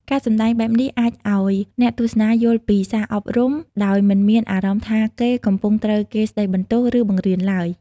ការសម្ដែងបែបនេះអាចឲ្យអ្នកទស្សនាយល់ពីសារអប់រំដោយមិនមានអារម្មណ៍ថាគេកំពុងត្រូវគេស្ដីបន្ទោស ឬបង្រៀនឡើយ។